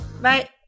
bye